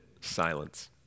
silence